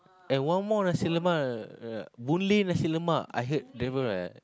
and one more nasi-lemak uh Boon-Lay nasi-lemak I heard